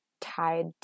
tied